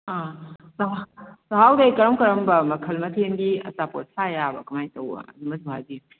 ꯆꯥꯛꯍꯥꯎꯗꯒꯤ ꯀꯔꯝ ꯀꯥꯔꯝꯕ ꯃꯈꯜ ꯃꯊꯦꯜꯒꯤ ꯑꯆꯥꯄꯣꯠ ꯁꯥ ꯌꯥꯕ ꯀꯃꯥꯏ ꯇꯧꯕ ꯑꯗꯨꯃꯁꯨ ꯍꯥꯏꯕꯤꯌꯨ